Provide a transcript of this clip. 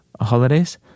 holidays